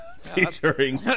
featuring